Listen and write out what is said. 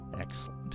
Excellent